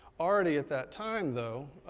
already at that time though,